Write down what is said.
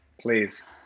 please